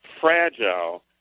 fragile